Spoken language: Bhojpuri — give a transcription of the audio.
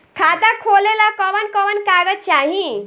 खाता खोलेला कवन कवन कागज चाहीं?